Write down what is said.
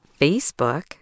Facebook